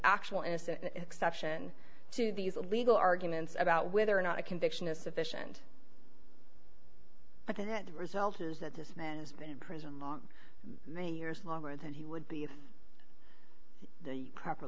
actual innocence an exception to these legal arguments about whether or not a conviction is sufficient but the net result is that this man has been in prison long many years longer than he would be if the proper